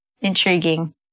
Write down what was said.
intriguing